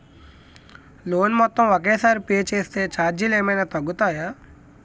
Loan మొత్తం ఒకే సారి పే చేస్తే ఛార్జీలు ఏమైనా తగ్గుతాయా?